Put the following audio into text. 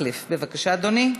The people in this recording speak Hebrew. והגנת הנכסים למטרות חינוך) (תיקון מס' 4) (חשבונות ניהול עצמי),